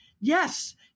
yes